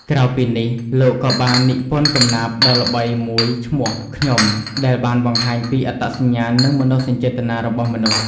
ក្រៅពីនេះ លោកក៏បាននិពន្ធកំណាព្យដ៏ល្បីមួយឈ្មោះ ខ្ញុំ ដែលបានបង្ហាញពីអត្តសញ្ញាណ និងមនោសញ្ចេតនារបស់មនុស្ស។